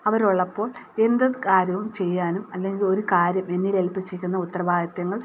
അവരുള്ളപ്പോൾ എന്തു കാര്യവും ചെയ്യാനും അല്ലെങ്കിൽ ഒരു കാര്യം എന്നിൽ ഏല്പിച്ചിരിക്കുന്ന ഉത്തരവാദിത്തങ്ങൾ